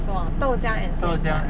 什么豆浆 and 什么